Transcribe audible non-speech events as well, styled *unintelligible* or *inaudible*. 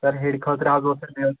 سَر ہیرِ خٲطرٕ حظ اوس *unintelligible*